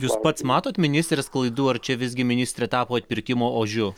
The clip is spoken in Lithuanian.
jūs pats matot ministrės klaidų ar čia visgi ministrė tapo atpirkimo ožiu